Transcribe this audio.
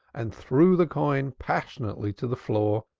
and threw the coin passionately to the floor,